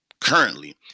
currently